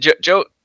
joe